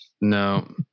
No